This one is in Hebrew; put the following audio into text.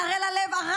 ערל הלב,